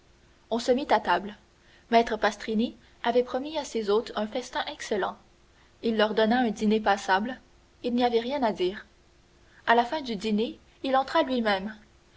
on se mit à table maître pastrini avait promis à ses hôtes un festin excellent il leur donna un dîner passable il n'y avait rien à dire à la fin du dîner il entra lui-même